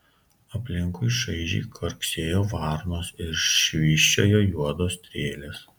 aplinkui šaižiai karksėjo varnos ir švysčiojo juodos strėlės